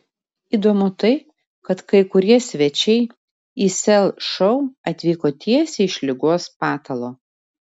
įdomu tai kad kai kurie svečiai į sel šou atvyko tiesiai iš ligos patalo